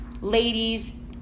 ladies